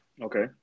Okay